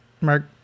mark